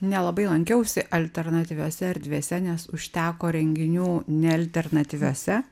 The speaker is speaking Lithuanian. nelabai lankiausi alternatyviose erdvėse nes užteko renginių ne alternatyviose